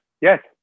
Yes